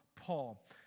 Paul